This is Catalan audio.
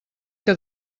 que